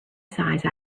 size